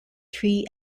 three